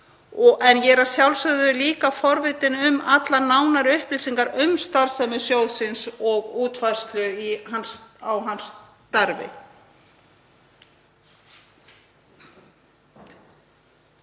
Ég er að sjálfsögðu líka forvitin um allar nánari upplýsingar um starfsemi sjóðsins og útfærslu á hans starfi.